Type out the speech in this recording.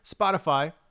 Spotify